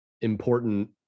important